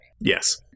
Yes